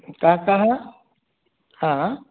का काः हा